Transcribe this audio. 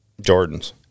Jordan's